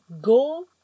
go